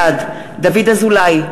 בעד דוד אזולאי,